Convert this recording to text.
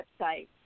website